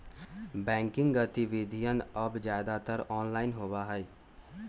banking गतिविधियन अब ज्यादातर ऑनलाइन होबा हई